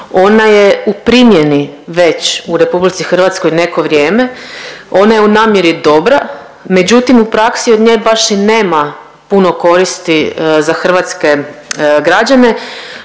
Ona je u primjeni već u Republici Hrvatskoj neko vrijeme, ona je u namjeri dobra, međutim u praksi od nje baš i nema puno koristi za hrvatske građane.